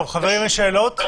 טוב, חברים, יש שאלות?